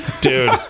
Dude